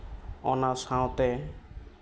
ᱚᱱᱟ ᱥᱟᱶᱛᱮ